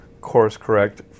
course-correct